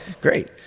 great